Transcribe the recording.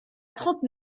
trente